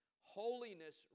holiness